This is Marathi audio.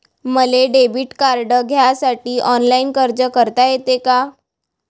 मले डेबिट कार्ड घ्यासाठी ऑनलाईन अर्ज करता येते का?